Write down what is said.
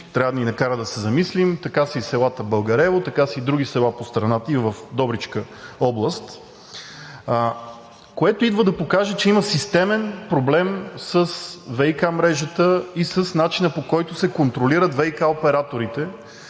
трябва да ни накара да се замислим, така е и Българево, така са и други села в страната, и в област Добрич, което идва да покаже, че има системен проблем с ВиК мрежата и с начина, по който се контролират ВиК операторите